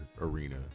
arena